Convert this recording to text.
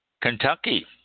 Kentucky